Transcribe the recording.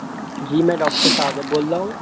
جی میں doctor Shahzeb بول رہا ہوں